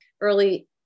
Early